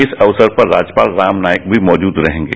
इस अक्सर पर राज्यपाल राम नाईक भी मौजूद रहेंगे